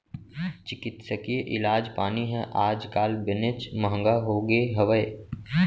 चिकित्सकीय इलाज पानी ह आज काल बनेच महँगा होगे हवय